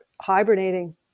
hibernating